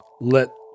let